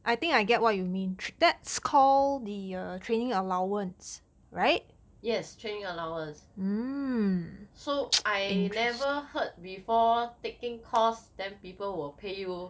yes training allowance so I never heard before taking course then people will pay you